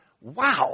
Wow